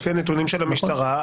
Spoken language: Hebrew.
לפי הנתונים של המשטרה,